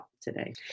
today